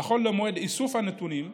נכון למועד איסוף הנתונים,